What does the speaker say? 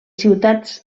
ciutats